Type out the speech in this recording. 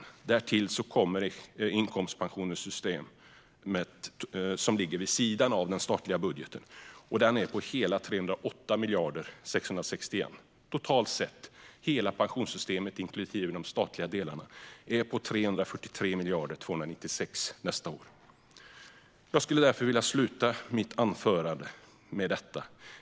Sedan tillkommer inkomstpensionssystemet vid sidan om den statliga budgeten, och det beräknas omsätta hela 308 661 000 000 år 2018. Hela pensionssystemet inklusive de statliga delarna omsätter alltså totalt 343 296 000 000 år 2018. Jag skulle vilja sluta avsluta mitt anförande med detta.